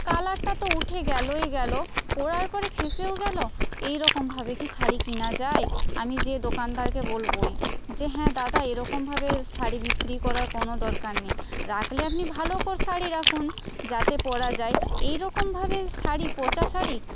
কালারটা তো উঠে গেলই গেলো পরার পরে ফেঁসেও গেলো এইরকম ভাবে কি শাড়ি কেনা যায় আমি যেয়ে দোকানদারকে বলবই যে হ্যাঁ দাদা এরকমভাবে শাড়ি বিক্রি করার কোনো দরকার নেই রাখলে আপনি ভালো শাড়ি রাখুন যাতে পরা যায় এইরকম ভাবে শাড়ি পচা শাড়ি